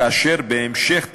ובהמשך,